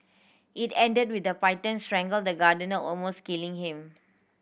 it ended with the python strangling the gardener almost killing him